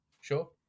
Sure